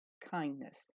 kindness